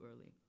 early